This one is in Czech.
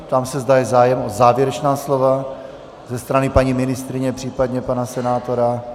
Ptám se, zda je zájem o závěrečná slova ze strany paní ministryně, případně pana senátora.